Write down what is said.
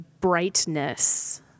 brightness